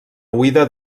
oïda